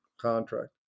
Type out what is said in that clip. contract